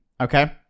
Okay